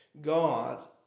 God